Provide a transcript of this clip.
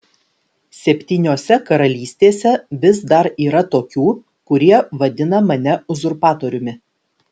septyniose karalystėse vis dar yra tokių kurie vadina mane uzurpatoriumi